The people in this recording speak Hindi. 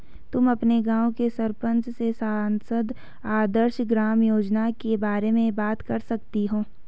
तुम अपने गाँव के सरपंच से सांसद आदर्श ग्राम योजना के बारे में बात कर सकती हो